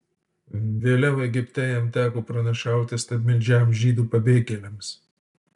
vėliau egipte jam teko pranašauti stabmeldžiams žydų pabėgėliams